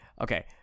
Okay